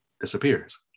disappears